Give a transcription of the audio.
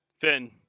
Finn